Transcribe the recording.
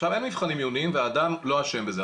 עכשיו אין מבחנים עיוניים ואדם לא אשם בזה,